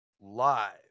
live